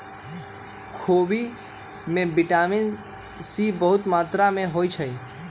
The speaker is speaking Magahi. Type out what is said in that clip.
खोबि में विटामिन सी खूब मत्रा होइ छइ